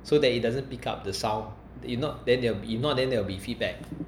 so that it doesn't pick up the sound if not then if not then there'll be feedback